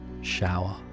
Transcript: shower